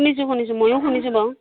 শুনিছোঁ শুনিছোঁ ময়ো শুনিছোঁ বাৰু